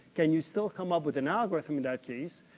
can you still come up with an algorithm in that case?